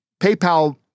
PayPal